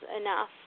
enough